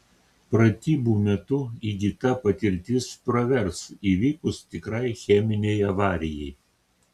pratybų metu įgyta patirtis pravers įvykus tikrai cheminei avarijai